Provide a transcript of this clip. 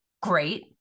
Great